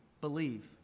believe